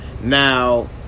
Now